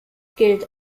gilt